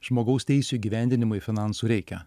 žmogaus teisių įgyvendinimui finansų reikia